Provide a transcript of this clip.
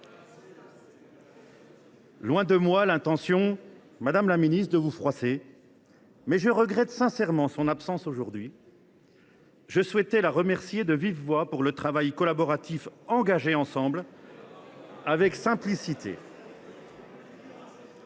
Loin de moi l’intention de vous froisser, madame la secrétaire d’État, mais je regrette sincèrement son absence aujourd’hui. Je souhaitais la remercier de vive voix pour le travail collaboratif, engagé ensemble, avec simplicité.